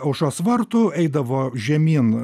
aušros vartų eidavo žemyn